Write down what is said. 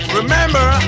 remember